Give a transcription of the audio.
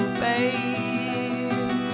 babe